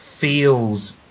feels